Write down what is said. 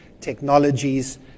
technologies